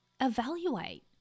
evaluate